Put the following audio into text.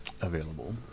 Available